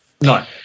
No